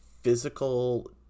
physical